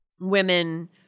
women